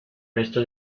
resto